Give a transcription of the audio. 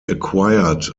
acquired